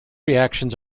reactions